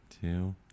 two